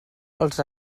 els